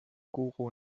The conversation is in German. guru